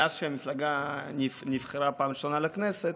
מאז שהמפלגה נבחרה פעם ראשונה לכנסת,